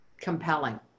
compelling